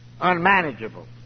unmanageable